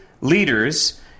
leaders